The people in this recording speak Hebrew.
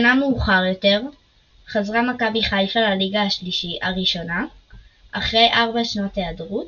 שנה מאוחר יותר חזרה מכבי חיפה לליגה הראשונה אחרי 4 שנות היעדרות,